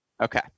Okay